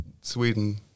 Sweden